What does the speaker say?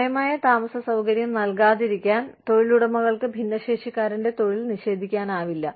ന്യായമായ താമസസൌകര്യം നൽകാതിരിക്കാൻ തൊഴിലുടമകൾക്ക് ഭിന്നശേഷിക്കാരന്റെ തൊഴിൽ നിഷേധിക്കാനാവില്ല